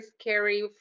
scary